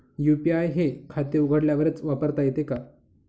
UPI हे खाते उघडल्यावरच वापरता येते का?